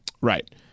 Right